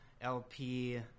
LP